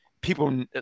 people